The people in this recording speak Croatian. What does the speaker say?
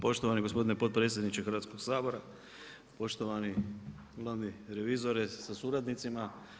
Poštovani gospodin potpredsjedniče Hrvatskog sabora, poštovani glavni revizore sa suradnicima.